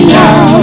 now